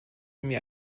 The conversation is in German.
mir